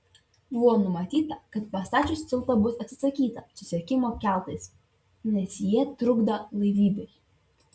buvo numatyta kad pastačius tiltą bus atsisakyta susisiekimo keltais nes jie trukdą laivybai